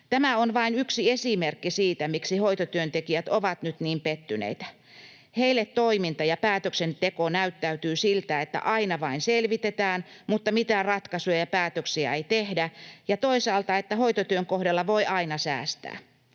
Tämä on vain yksi esimerkki siitä, miksi hoitotyöntekijät ovat nyt niin pettyneitä. Heille toiminta ja päätöksenteko näyttäytyvät siltä, että aina vain selvitetään mutta mitään ratkaisuja ja päätöksiä ei tehdä, ja toisaalta, että hoitotyön kohdalla voi aina säästää.